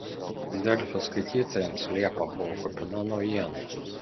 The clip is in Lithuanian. delfi skaitytojams liepa buvo kupina naujienų